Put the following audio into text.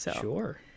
Sure